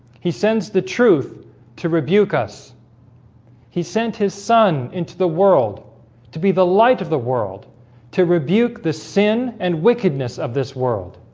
he sends the truth to rebuke us he sent his son into the world to be the light of the world to rebuke the sin and wickedness of this world